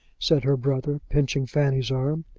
said her brother, pinching fanny's arm.